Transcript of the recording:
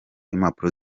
impapuro